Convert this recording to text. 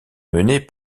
menées